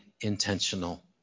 intentional